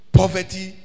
poverty